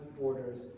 borders